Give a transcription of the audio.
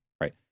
right